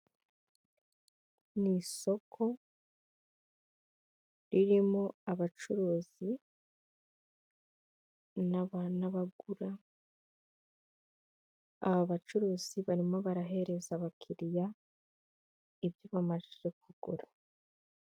Ni isoko ririmo abacuruzi n'abagura, abacuruzi barimo barahereza abakiliya ibyo bamajije kugura.